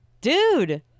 dude